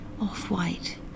off-white